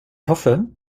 hoffe